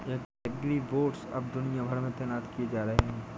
agribots अब दुनिया भर में तैनात किए जा रहे हैं